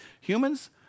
Humans